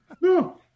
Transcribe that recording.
No